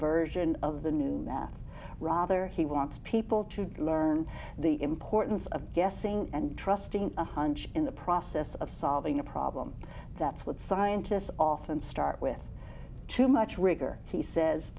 version of the new math rather he wants people to learn the importance of guessing and trusting a hunch in the process of solving a problem that's what scientists often start with too much rigor he says